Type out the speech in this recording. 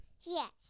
Yes